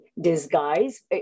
disguise